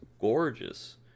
gorgeous